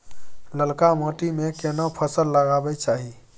ललका माटी में केना फसल लगाबै चाही?